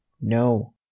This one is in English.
no